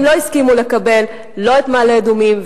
לא הסכימו לקבל לא את מעלה-אדומים,